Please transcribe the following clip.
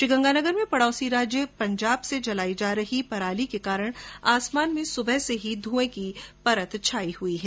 श्रीगंगानगर में पडौसी राज्य पंजाब में जलाई जा रही पराली के कारण आसमान में भी सुबह से ही धूंए की हल्की परत छायी हुई है